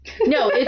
No